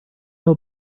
know